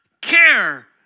care